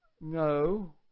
No